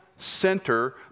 center